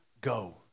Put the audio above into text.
go